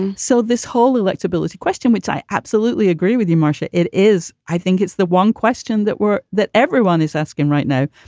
and so this whole electability question, which i absolutely agree with you, marcia. it is i think it's the one question that we're that everyone is asking right now.